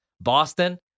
Boston